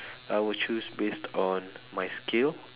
I will choose based on my skill